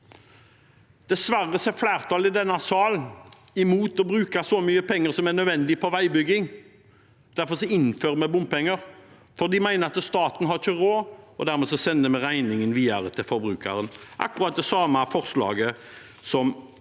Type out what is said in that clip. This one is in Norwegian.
Dessverre er flertallet i denne sal imot å bruke så mye penger som er nødvendig på veibygging. Derfor innfører vi bompenger. De mener at staten ikke har råd, og dermed sender vi regningen videre til forbrukeren. Det er akkurat det samme forslaget som